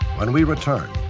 when we return,